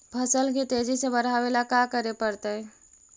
फसल के तेजी से बढ़ावेला का करे पड़तई?